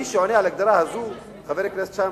מי שעונה על ההגדרה הזו, חבר הכנסת שאמה,